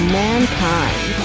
mankind